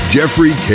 Jeffrey